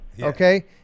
Okay